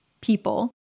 people